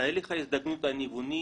תהליך ההזדקנות הניווני